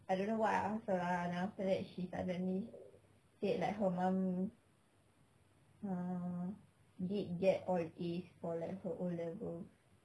I don't know what I ask her ah and after that she suddenly said like her mum ah did get all As for like her O levels